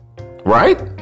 Right